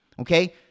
okay